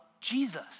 Jesus